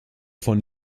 von